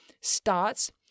starts